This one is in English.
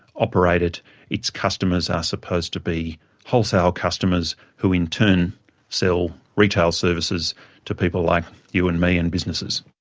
operate it its customers are supposed to be wholesale customers who in turn sell retail services to people like you and me and businesses.